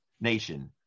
nation